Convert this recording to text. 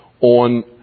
on